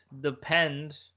depend